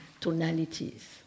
tonalities